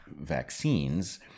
vaccines